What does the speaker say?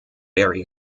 vary